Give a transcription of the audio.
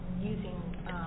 using